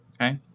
Okay